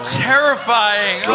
terrifying